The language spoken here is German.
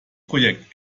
projekt